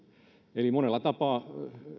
eli monella tapaa